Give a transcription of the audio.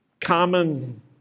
common